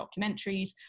documentaries